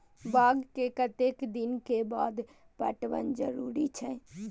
बाग के कतेक दिन के बाद पटवन जरूरी छै?